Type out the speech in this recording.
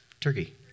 Turkey